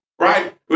right